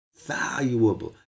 Valuable